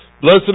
Blessed